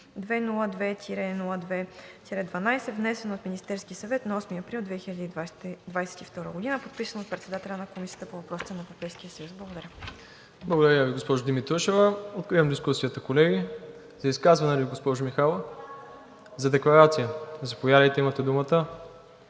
Благодаря Ви, госпожо Димитрушева. Откривам дискусията, колеги. За изказване ли, госпожо Михайлова? За декларация – заповядайте, имате думата.